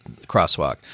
crosswalk